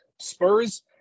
Spurs